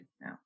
no